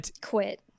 Quit